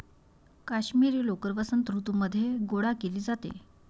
काश्मिरी लोकर वसंत ऋतूमध्ये गोळा केली जाते